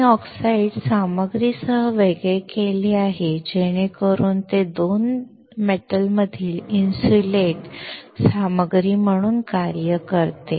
मी oxide सामग्रीसह वेगळे केले आहे जेणेकरून ते 2 धातूंमधील इन्सुलेट सामग्री म्हणून कार्य करते